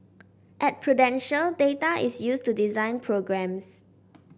at Prudential data is used to design programmes